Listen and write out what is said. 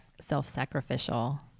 self-sacrificial